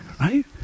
right